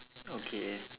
okay